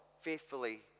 Faithfully